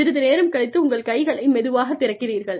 சிறிது நேரம் கழித்து உங்கள் கைகளை மெதுவாகத் திறக்கிறீர்கள்